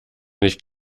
nicht